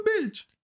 bitch